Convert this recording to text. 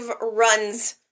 runs